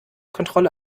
kontrolle